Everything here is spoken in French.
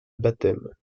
baptême